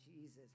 Jesus